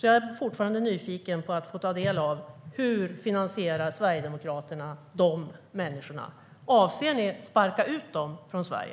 Jag är alltså fortfarande nyfiken på och vill ta del av hur ni sverigedemokrater finansierar de människorna. Avser ni att sparka ut dem från Sverige?